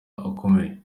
akomeye